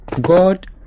God